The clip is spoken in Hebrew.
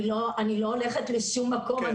אני לא הולכת לשום מקום.